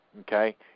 okay